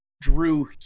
drew